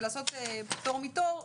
ולעשות פטור מתור,